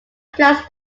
plans